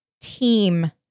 team